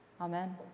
Amen